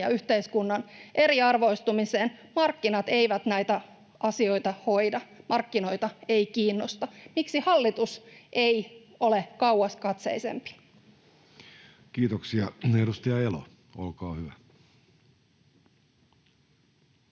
ja yhteiskunnan eriarvoistumiseen. Markkinat eivät näitä asioita hoida, markkinoita ei kiinnosta. Miksi hallitus ei ole kauaskatseisempi? [Speech 72] Speaker: